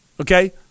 okay